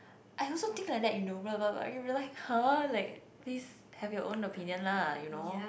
I also think like that you know blah blah blah but you're like !huh! like please have your own opinion lah you know